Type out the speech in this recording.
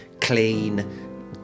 clean